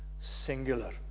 singular